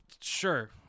sure